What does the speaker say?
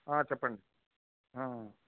చెప్పండి